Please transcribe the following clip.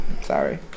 sorry